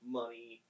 money